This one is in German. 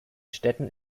städten